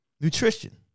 Nutrition